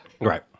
Right